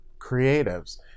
creatives